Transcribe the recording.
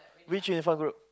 which uniform group